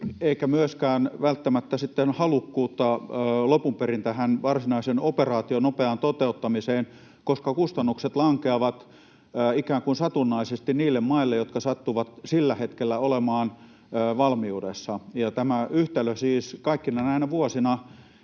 eikä myöskään välttämättä sitten halukkuutta lopun perin tähän varsinaisen operaation nopeaan toteuttamiseen, koska kustannukset lankeavat ikään kuin satunnaisesti niille maille, jotka sattuvat sillä hetkellä olemaan valmiudessa. Tämä yhtälö siis kaikkina näinä vuosina